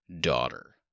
daughter